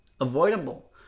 avoidable